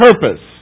purpose